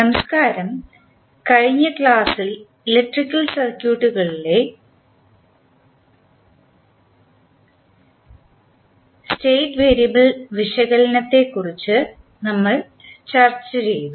നമസ്കാരം കഴിഞ്ഞ ക്ലാസ്സിൽ ഇലക്ട്രിക്കൽ സർക്യൂട്ടുകളിലെ സ്റ്റേറ്റ് വേരിയബിൾ വിശകലനത്തെക്കുറിച്ച് നമ്മൾ ചർച്ച ചെയ്തു